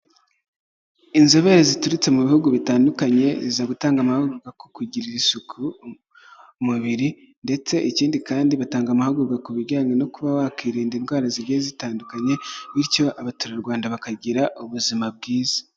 Inzobere ziturutse mu bihugu bitandukanye ziza gutanga amahugurwa ku kugirira isuku umubiri ndetse ikindi kandi batanga amahugurwa ku bijyanye no kuba bakirinda indwara zigiye zitandukanye bityo abaturarwanda bakagira ubuzima bwiza.